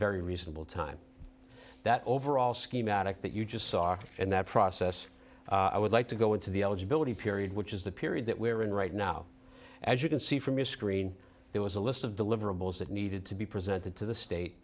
very reasonable time that overall scheme addict that you just saw and that process i would like to go into the eligibility period which is the period that we're in right now as you can see from your screen there was a list of deliverables that needed to be presented to the state